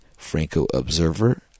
FrancoObserver